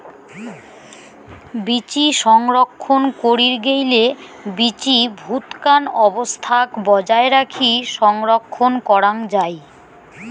বীচি সংরক্ষণ করির গেইলে বীচি ভুতকান অবস্থাক বজায় রাখি সংরক্ষণ করাং যাই